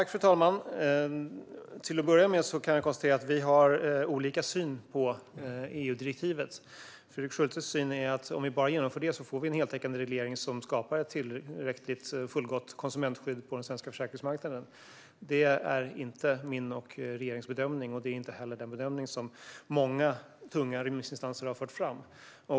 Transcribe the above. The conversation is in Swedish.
Fru talman! Till att börja med kan jag konstatera att vi har olika syn på EU-direktivet. Fredrik Schultes syn är att om vi bara genomför det får vi en heltäckande reglering som skapar ett fullgott konsumentskydd på den svenska försäkringsmarknaden. Det är inte min och regeringens bedömning och inte heller den bedömning som många tunga remissinstanser har fört fram.